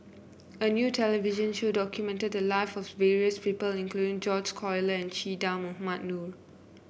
a new television show documented the live of various people including George Collyer Che Dah Mohamed Noor